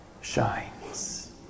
shines